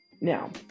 Now